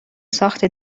ساخت